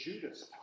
Judas